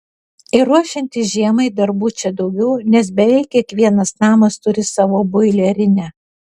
ir ruošiantis žiemai darbų čia daugiau nes beveik kiekvienas namas turi savo boilerinę